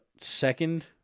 second